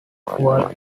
fuel